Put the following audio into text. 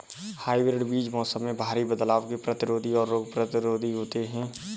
hybrid बीज मौसम में भारी बदलाव के प्रतिरोधी और रोग प्रतिरोधी होते हैं